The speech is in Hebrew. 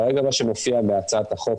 כרגע מה שמופיע בהצעת החוק